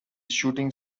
shooting